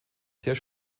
sehr